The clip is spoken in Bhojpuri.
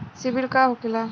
सीबील का होखेला?